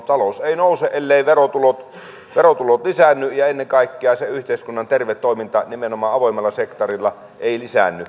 talous ei nouse elleivät verotulot lisäänny ja jos ei ennen kaikkea se yhteiskunnan terve toiminta nimenomaan avoimella sektorilla lisäänny